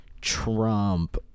Trump